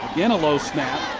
again, low snap.